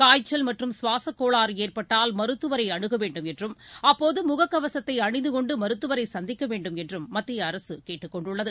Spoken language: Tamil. காய்ச்சல் மற்றும் சுவாசக் கோளாறு ஏற்பட்டால் மருத்துவரை அனுக வேண்டும் என்றும் அப்போது முகக்கவசத்தை அணிந்து கொண்டு மருத்துவரை சந்திக்க வேண்டுமென்றும் மத்திய அரசு கேட்டுக் கொண்டுள்ளது